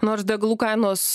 nors degalų kainos